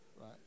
Right